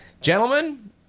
Gentlemen